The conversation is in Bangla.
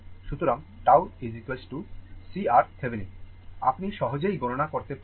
সুতরাং tau CRThevenin আপনি সহজেই গণনা করতে পারেন